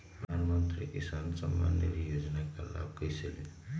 प्रधानमंत्री किसान समान निधि योजना का लाभ कैसे ले?